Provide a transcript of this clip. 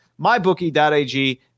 MyBookie.ag